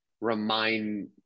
remind